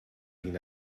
been